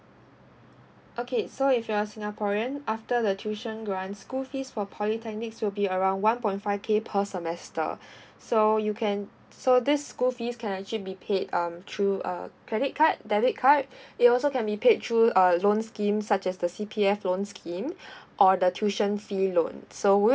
okay so if you are singaporean after the tuition grant school fees for polytechnics will be around one point five K per semester so you can so these school fees can actually be paid um through uh credit card debit card it also can be paid through uh loan scheme such as the C_P_F loan scheme or the tuition fee loan so would you